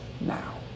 now